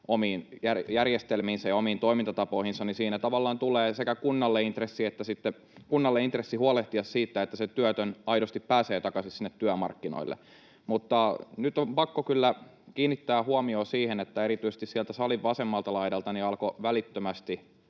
omiin järjestelmiinsä ja omiin toimintatapoihinsa, niin siinä tavallaan tulee kunnalle intressi huolehtia siitä, että se työtön aidosti pääsee takaisin sinne työmarkkinoille. Mutta nyt on pakko kyllä kiinnittää huomiota siihen, että erityisesti sieltä salin vasemmalta laidalta alkoi välittömästi